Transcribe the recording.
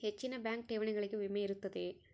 ಹೆಚ್ಚಿನ ಬ್ಯಾಂಕ್ ಠೇವಣಿಗಳಿಗೆ ವಿಮೆ ಇರುತ್ತದೆಯೆ?